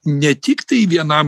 ne tiktai vienam